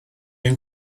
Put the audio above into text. ein